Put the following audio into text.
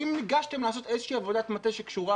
האם ניגשתם לעשות איזושהי עבודת מטה שקשורה